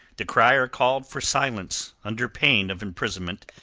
the crier called for silence under pain of imprisonment,